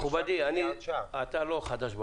מכובדי, אתה לא חדש במערכת.